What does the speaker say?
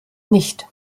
nicht